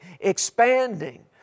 expanding